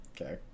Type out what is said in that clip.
Okay